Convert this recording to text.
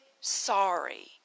sorry